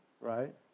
right